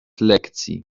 lekcji